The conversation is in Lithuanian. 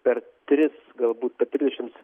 per tris galbūt per trisdešims